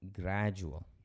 gradual